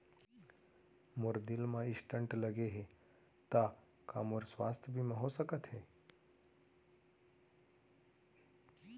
मोर दिल मा स्टन्ट लगे हे ता का मोर स्वास्थ बीमा हो सकत हे?